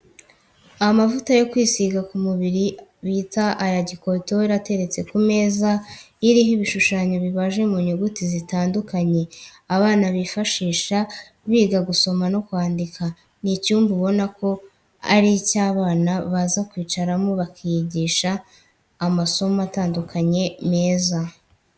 Amavuta yo kwisiga ku mubiri bita aya gikotori ateretse ku meza iriho ibishushanyo bibaje mu nyuguti zitandukanye, abana bifashisha biga gusoma no kwandika. Ni icyumba ubona ko ari icy'abana baza kwicaramo bakiyigisha amasomo atandukanye meza.